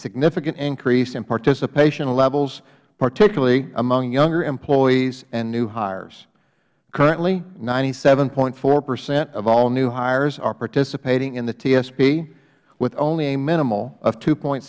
significant increase in participation levels particularly among younger employees and new hires currently ninety seven point four percent of all new hires are participating in the tsp with only a minimal of two point